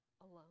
alone